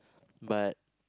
but